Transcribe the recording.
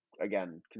again